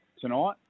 tonight